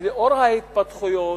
לאור ההתפתחויות,